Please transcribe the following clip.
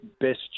best